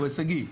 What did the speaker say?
הוא הישגי.